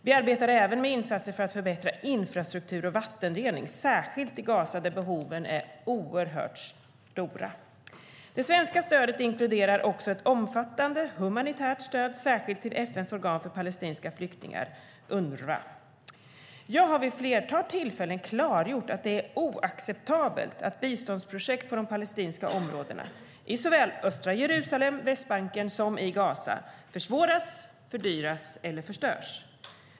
Vi arbetar även med insatser för att förbättra infrastruktur och vattenrening, särskilt i Gaza där behoven är oerhört stora. Det svenska stödet inkluderar också ett omfattande humanitärt stöd, särskilt till FN:s organ för palestinska flyktingar - Unrwa. Jag har vid ett flertal tillfällen klargjort att det är oacceptabelt att biståndsprojekt på de palestinska områdena, i såväl östra Jerusalem och Västbanken som Gaza, försvåras, fördyras eller förstörs.